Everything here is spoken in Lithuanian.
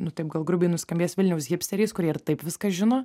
nu taip gal grubiai nuskambės vilniaus hipsteriais kurie ir taip viską žino